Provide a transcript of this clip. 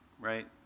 right